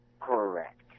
Correct